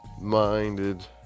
minded